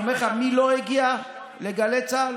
אני אומר לך, מי לא הגיע לגלי צה"ל?